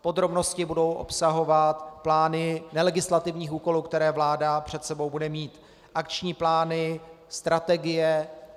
Podrobnosti budou obsahovat plány nelegislativních úkolů, které vláda před sebou bude mít, akční plány, strategie.